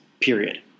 period